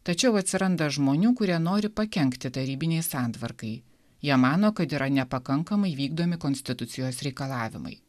tačiau atsiranda žmonių kurie nori pakenkti tarybinei santvarkai jie mano kad yra nepakankamai vykdomi konstitucijos reikalavimai